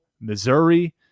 Missouri